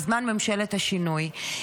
בזמן ממשלת השינוי,